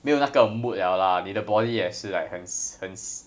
没有那个 mood liao lah 你的 body 也是 like 很 s~ 很 s~